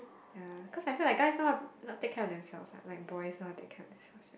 ya I cause feel like guys know how to take care of themselves ah like boys know how to take care of themselves